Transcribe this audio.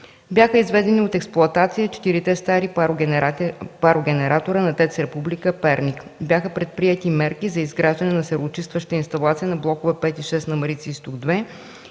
Бяха изведени от експлоатация четирите стари парогенератори на ТЕЦ „Република” – Перник. Бяха предприети мерки за изграждане на сероочистваща инсталация на блокове V и VІ на „Марица изток 2”.